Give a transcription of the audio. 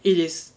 it is